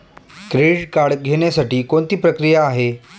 Credit card घेण्यासाठी कोणती प्रक्रिया आहे?